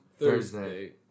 Thursday